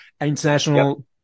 International